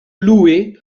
loué